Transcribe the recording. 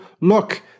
Look